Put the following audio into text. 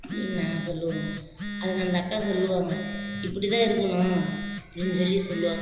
அப்படின்னு நான் சொல்லுவேங்க அதுக்கு அந்த அக்கா சொல்லுவாங்க இப்படி தான் இருக்கணும் அப்படின்னு சொல்லி சொல்லுவாங்க